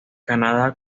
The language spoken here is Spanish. canadá